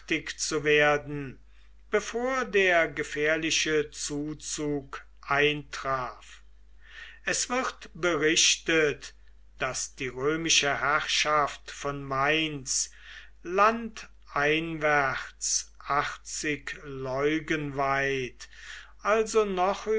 abgefallenen fertigzuwerden bevor der gefährliche zuzug eintraf es wird berichtet daß die römische herrschaft von mainz landeinwärts achtzig weit also noch